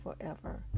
forever